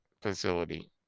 facility